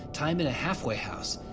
time in a halfway house,